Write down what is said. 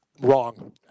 wrong